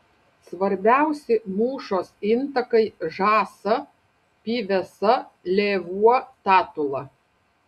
svarbiausi mūšos intakai žąsa pyvesa lėvuo tatula